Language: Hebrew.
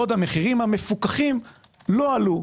בעוד המחירים המפוקחים לא עלו.